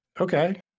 Okay